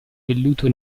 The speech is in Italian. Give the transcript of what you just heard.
velluto